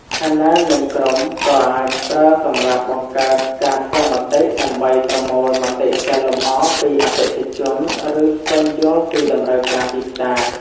ឆានែល និងក្រុមក៏អាចប្រើសម្រាប់បង្កើតការស្ទង់មតិ ដើម្បីប្រមូលមតិកែលម្អពីអតិថិជន ឬស្វែងយល់ពីតម្រូវការទីផ្សារ។